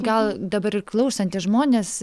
gal dabar ir klausantys žmonės